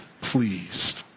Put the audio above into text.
pleased